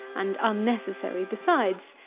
and unnecessary besides,